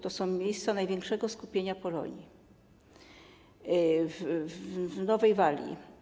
To są miejsca największego skupienia Polonii w Nowej Walii.